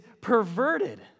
perverted